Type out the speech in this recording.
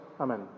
Amen